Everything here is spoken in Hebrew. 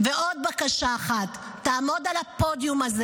ועוד בקשה אחת, תעמוד על הפודיום הזה